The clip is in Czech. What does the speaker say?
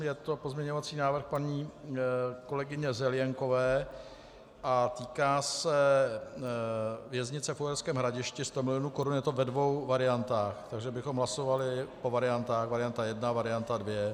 Je to pozměňovací návrh paní kolegyně Zelienkové a týká se věznice v Uherském Hradišti 100 mil. korun a je to ve dvou variantách, takže bychom hlasovali o variantách varianta jedna, varianta dvě.